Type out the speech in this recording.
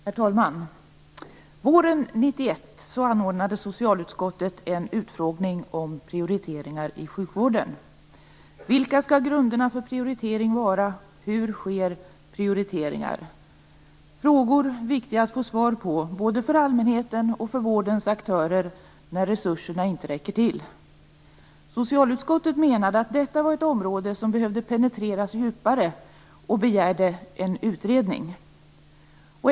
Herr talman! Våren 1991 anordnade socialutskottet en utfrågning om prioriteringar inom sjukvården. Vilka skall grunderna för prioritering vara, och hur sker prioriteringar? Det är viktigt att få svar på dessa frågor, både för allmänheten och för vårdens aktörer när resurserna inte räcker till. Socialutskottet menade att detta var ett område som behövde penetreras djupare och begärde en utredning.